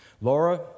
Laura